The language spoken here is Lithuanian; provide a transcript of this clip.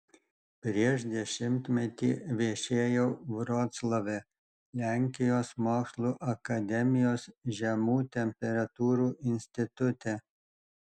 prieš dešimtmetį viešėjau vroclave lenkijos mokslų akademijos žemų temperatūrų institute